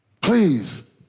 Please